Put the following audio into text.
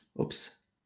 oops